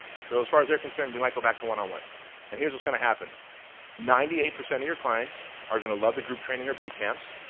so as far as they're concerned we might go back to one-on-one. and here's what's going to happen ninety eight percent of your clients are going to love the group training or boot camps.